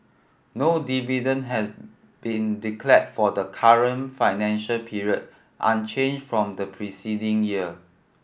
no dividend has been declared for the current financial period unchanged from the preceding year